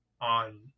on